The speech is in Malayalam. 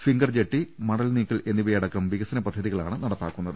ഫിംഗർ ജെട്ടി മണൽ നീക്കൽ എന്നിവയടക്കം വികസന പദ്ധതികളാണ് നടപ്പാക്കുന്നത്